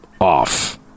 off